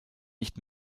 nicht